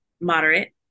moderate